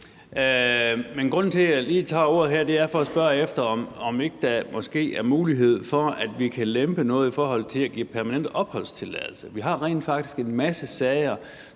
grunden til, at jeg lige tager ordet her, er for at spørge, om ikke der måske er mulighed for, at vi kan lempe noget i forhold til at give permanent opholdstilladelse. Vi har rent faktisk en masse sager,